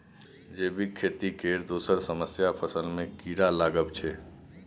जैबिक खेती केर दोसर समस्या फसल मे कीरा लागब छै